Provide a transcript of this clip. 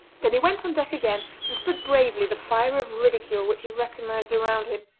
then he went on deck again and stood bravely the fire of ridicule which he recognised around him,